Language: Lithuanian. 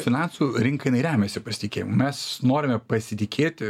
finansų rinka jinai remiasi pasitikėjimu mes norime pasitikėti